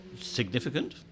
significant